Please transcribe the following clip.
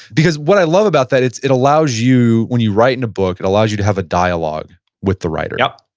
because what i love about that is it allows you, when you write in a book, it allows you to have a dialogue with the writer yup,